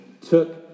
took